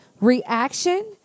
reaction